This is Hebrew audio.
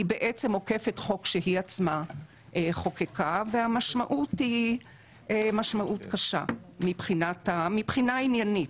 היא עוקפת חוק שהיא עצמה חוקקה והמשמעות היא משמעות קשה מבחינה עניינית.